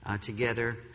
together